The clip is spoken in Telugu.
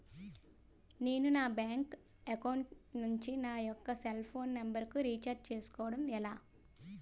నేను నా బ్యాంక్ అకౌంట్ నుంచి నా యెక్క సెల్ ఫోన్ నంబర్ కు రీఛార్జ్ చేసుకోవడం ఎలా?